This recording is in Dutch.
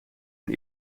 een